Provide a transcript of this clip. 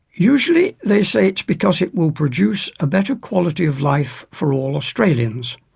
usually they say it's because it will produce a better quality of life for all australians.